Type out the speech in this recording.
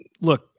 look